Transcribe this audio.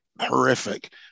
horrific